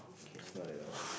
it's not at all